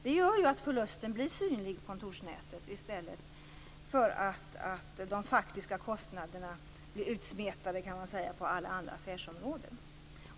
Det gör ju att förlusten på kontorsnätet blir synlig i stället för att de faktiska kostnaderna blir utsmetade på alla andra affärsområden.